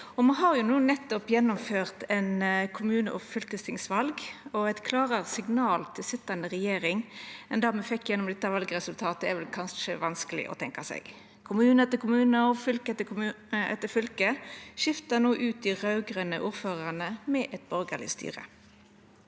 Me har nettopp gjennomført eit kommune- og fylkestingsval, og eit klarare signal til sitjande regjering enn det me fekk gjennom dette valresultatet, er vel kanskje vanskeleg å tenkja seg. Kommune etter kommune og fylke et ter fylke skifter no ut dei raud-grøne ordførarane med eit borgarleg styre.